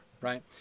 right